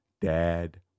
dad